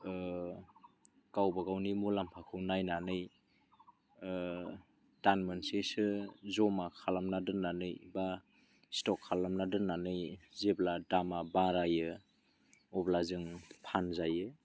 गावबा गावनि मुलाम्फाखौ मिलायनानै दान मोनसेसो जमा खालामना दोननानै बा स्ट'क खालामना दोननानै जेब्ला दामआ बारा जायो अब्ला जों फानजायो